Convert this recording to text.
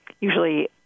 usually